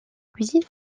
cuisine